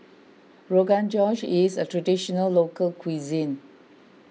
Rogan Josh is a Traditional Local Cuisine